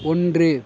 ஒன்று